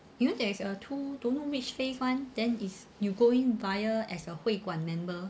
you know there's a two don't know which phase one then is you go in via as a 会馆 member